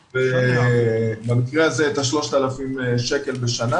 במקרה הזה את ה-3,000 שקל בשנה